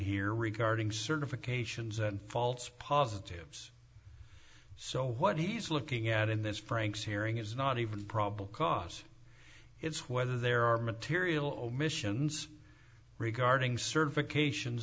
here regarding certifications and false positives so what he's looking at in this frank's hearing is not even probable cause it's whether there are material omissions regarding certifications